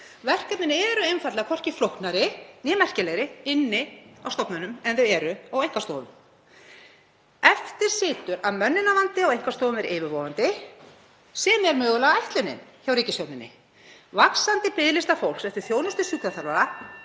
Verkefnin eru einfaldlega hvorki flóknari né merkilegri inni á stofnunum en þau eru á einkastofum. Eftir situr að mönnunarvandi á einkastofum er yfirvofandi, sem er mögulega ætlunin hjá ríkisstjórninni. Vaxandi biðlistar fólks eftir þjónustu sjúkraþjálfara